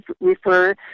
refer